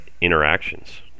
interactions